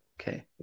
Okay